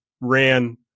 ran